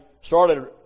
started